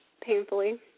painfully